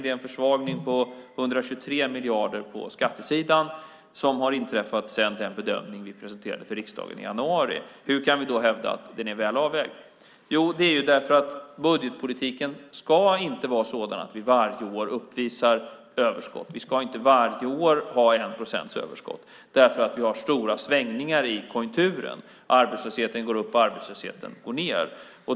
Det är en försvagning på 123 miljarder som inträffat på skattesidan sedan vi presenterade vår bedömning för riksdagen i januari. Hur kan vi då hävda att finanspolitiken är väl avvägd? Det är för att budgetpolitiken inte ska vara sådan att vi varje år uppvisar överskott. Vi ska inte ha 1 procents överskott varje år eftersom vi har stora svängningar i konjunkturen, arbetslösheten går upp och arbetslösheten går ned.